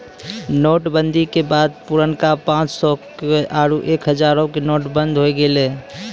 note बंदी के बाद पुरनका पांच सौ रो आरु एक हजारो के नोट बंद होय गेलै